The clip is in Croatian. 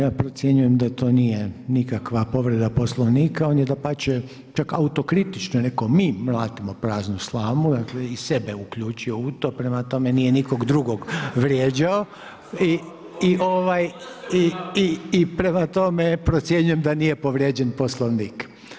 Ja procjenjujem da to nije nikakva povreda poslovnika, on je dapače čak autokritično rekao mi mlatimo praznu slamu, dakle i sebe je uključio u to, prema tome nije nikog drugog vrijeđao i prema tome procjenjujem da nije povrijeđen poslovnik.